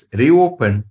reopen